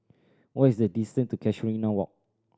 what is the distance to Casuarina Walk